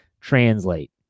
translate